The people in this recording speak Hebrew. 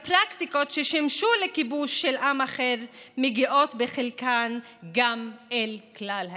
הפרקטיקות ששימשו לכיבוש של עם אחר מגיעות בחלקן גם אל כלל האזרחים.